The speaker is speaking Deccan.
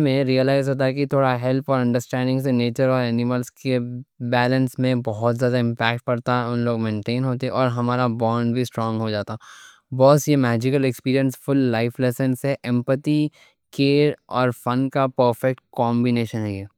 میں ریالائز ہوتا کہ تھوڑا ہیلپ اور انڈرسٹینڈنگ سے نیچر اور انیملز کے بیلنس میں بہت زیادہ امپیکٹ پڑتا، ان لوگ مینٹین ہوتے، اور ہمارا بانڈ بھی سٹرونگ ہو جاتا. بوس یہ ماجیکل ایکسپیرینس فل لائف لیسنز سے—ایمپتھی، کیئر اور فن کا پرفیکٹ کامبینیشن ہے.